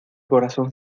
corazón